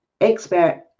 expert